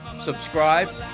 subscribe